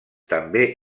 també